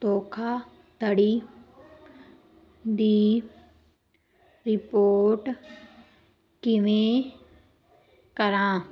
ਧੋਖਾਧੜੀ ਦੀ ਰਿਪੋਰਟ ਕਿਵੇਂ ਕਰਾਂ